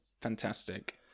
fantastic